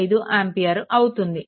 75 ampere అవుతుంది